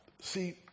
See